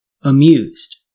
Amused